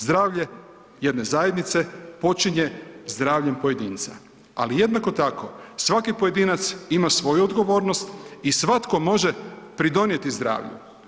Zdravlje jedne zajednice počinje zdravljem pojedinca, ali jednako tako svaki pojedinac ima svoju odgovornost i svatko može pridonijeti zdravlju.